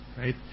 right